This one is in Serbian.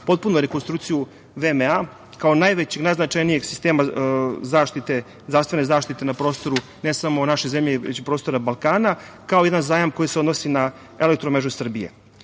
potpunu rekonstrukciju VMA, kao najvećeg, najznačajnijeg sistema zdravstvene zaštite na prostoru ne samo naše zemlje, već i prostora Balkana, kao i jedan zajam koji se odnosi na EMS.Međutim,